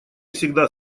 всегда